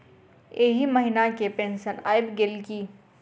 एहि महीना केँ पेंशन आबि गेल की